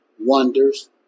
wonders